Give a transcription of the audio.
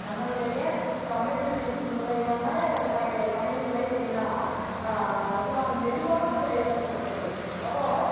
நம்மளுடைய தமிழ் முறையான சமையல் முறை அப்படின்னா சொல்வாங்க மெதுவான முறையில் சமைக்கிறது அப்போது